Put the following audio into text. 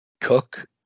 Cook